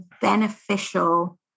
beneficial